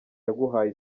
yaguhaye